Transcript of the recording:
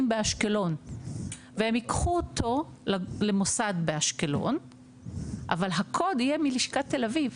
באשקלון והם ייקחו אותו למוסד באשקלון אבל הקוד יהיה מלשכת תל אביב.